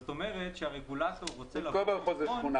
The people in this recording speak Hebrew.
זאת אומרת שהרגולטור -- בין כה וכה זו תכונה,